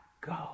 go